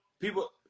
People